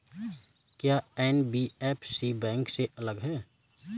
क्या NBFC bank से अलग है?